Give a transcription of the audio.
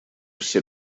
все